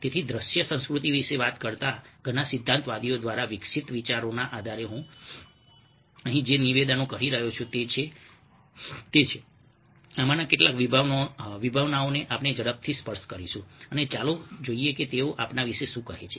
તેથી દ્રશ્ય સંસ્કૃતિ વિશે વાત કરતા ઘણા સિદ્ધાંતવાદીઓ દ્વારા વિકસિત વિચારોના આધારે હું અહીં જે નિવેદનો કરી રહ્યો છું તે છે આમાંના કેટલાક વિભાવનાઓને આપણે ઝડપથી સ્પર્શ કરીશું અને ચાલો જોઈએ કે તેઓ આપણા વિશે શું કહે છે